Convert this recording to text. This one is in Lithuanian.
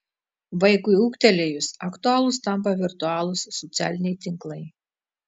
vaikui ūgtelėjus aktualūs tampa virtualūs socialiniai tinklai